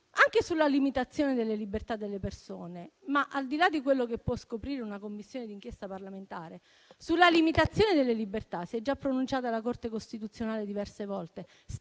anche sulla limitazione delle libertà delle persone. Ma, al di là di quello che può scoprire una Commissione di inchiesta parlamentare, sulla limitazione delle libertà si è già pronunciata la Corte costituzionale diverse volte,